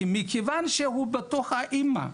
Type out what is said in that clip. מכיוון שהוא עם האמא,